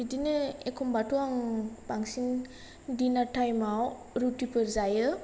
बिदिनो एखमब्लाथ' आं बांसिन डिनार टाइम आव रुटिफोर जायो